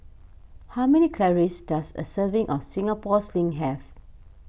how many calories does a serving of Singapore Sling have